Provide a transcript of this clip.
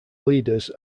leaders